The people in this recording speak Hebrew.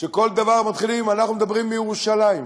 שכל דבר מתחילים: אנחנו מדברים מירושלים.